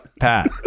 Pat